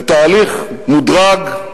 לתהליך מודרג,